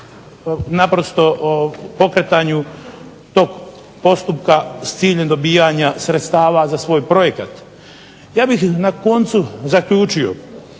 naprosto pokretanju tog postupka s ciljem dobivanja sredstava za svoj projekt. Ja bih na koncu zaključio,